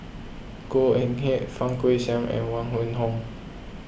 Goh Eck Kheng Fang Guixiang and Huang Wenhong